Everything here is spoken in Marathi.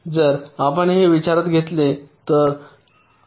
जर आपण हे विचारात घेतले तर